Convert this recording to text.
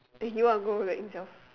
that he want to go like himself